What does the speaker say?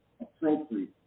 appropriate